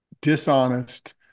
dishonest